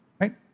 Right